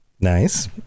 nice